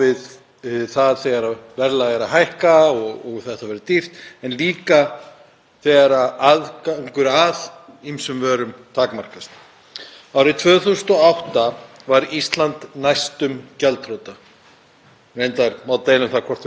Árið 2008 var Ísland næstum gjaldþrota. Reyndar má deila um það hvort við vorum ekki bara gjaldþrota. Nokkrum dögum áður en fræg sjónvarpsræða var haldin